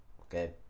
okay